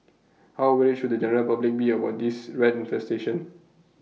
how worried should the general public be about this rat infestation